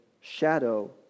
shadow